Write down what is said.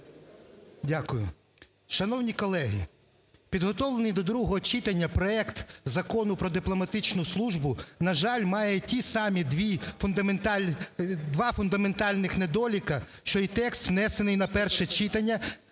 Дякую. Шановні колеги, підготовлений до другого читання проект Закону про дипломатичну службу, на жаль, має ті самі дві… два фундаментальних недоліки, що й текст, внесений на перше читання,